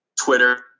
twitter